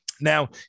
now